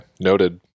noted